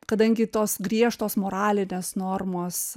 kadangi tos griežtos moralinės normos